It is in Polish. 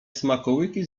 smakołyki